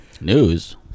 news